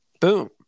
Boom